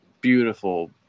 beautiful